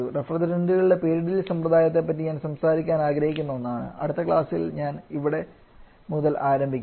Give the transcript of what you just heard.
റഫ്രിജറന്റുകളുടെ പേരിടൽ സമ്പ്രദായത്തെ പറ്റി ഞാൻ സംസാരിക്കാൻ ആഗ്രഹിക്കുന്ന ഒന്നാണ് അടുത്ത ക്ലാസ്സിൽ ഞാൻ ഇവിടെ മുതൽ ആരംഭിക്കും